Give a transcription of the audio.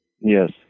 Yes